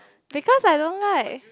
because I don't like